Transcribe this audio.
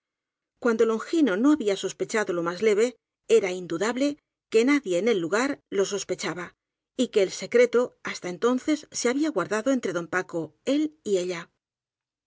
cuando longino no había sospechado lo más leve era indudable que nadie en el lugar lo sospechaba y que el secreto hasta entonces se ha bía guardado entre don paco él y ella